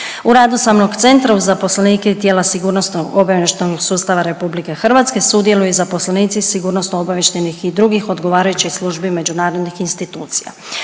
U radu samog Centra, uz zaposlenike i tijela sigurnosno-obavještajnog sustava RH, sudjeluju i zaposlenici sigurnosno-obavještajnih i drugih odgovarajućih službi međunarodnih institucija.